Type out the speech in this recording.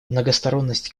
многосторонность